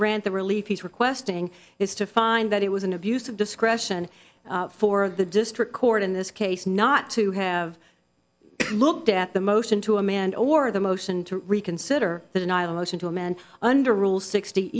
grant the relief he's requesting is to find that it was an abuse of discretion for the district court in this case not to have looked at the motion to a man or the motion to reconsider the denial motion to a man under rule sixty